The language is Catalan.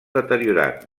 deteriorat